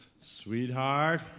sweetheart